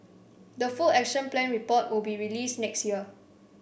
the full Action Plan report will be released next year